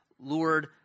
Lord